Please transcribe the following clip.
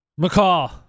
McCall